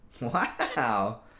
Wow